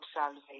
salvation